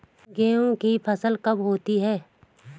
गेहूँ की फसल कब होती है?